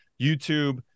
youtube